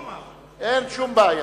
אין שום בעיה.